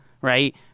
Right